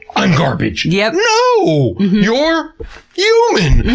i'm garbage. and yeah no! you're human!